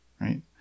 right